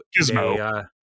gizmo